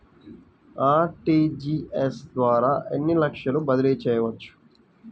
RTGS ద్వారా ఎన్ని లక్షలు బదిలీ చేయవచ్చు?